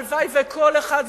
הלוואי שכל אחד,